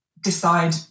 decide